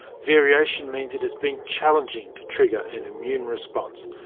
variation means it has been challenging to trigger an immune response,